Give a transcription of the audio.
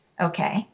Okay